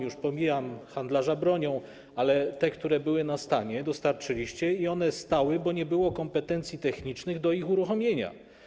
Już pomijam handlarza bronią, ale te respiratory, które były na stanie, dostarczyliście i one stały, bo nie było kompetencji technicznych do ich uruchomienia.